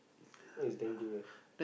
oh is damn good right